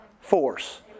force